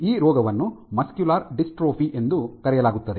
ಈ ರೋಗವನ್ನು muscular dystrophy ಎಂದು ಕರೆಯಲಾಗುತ್ತದೆ